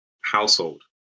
household